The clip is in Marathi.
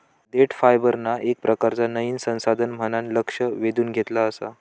देठ फायबरना येक प्रकारचा नयीन संसाधन म्हणान लक्ष वेधून घेतला आसा